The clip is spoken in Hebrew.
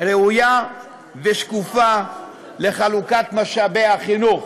ראויה ושקופה לחלוקת משאבי החינוך.